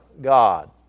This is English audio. God